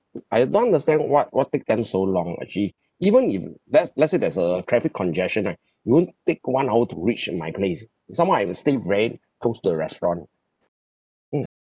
I don't understand what what take them so long lah actually even if let's let's say there's a traffic congestion ah it won't take one hour to reach to my place some more I say very close to the restaurant mm